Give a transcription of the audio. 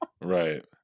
right